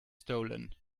stolen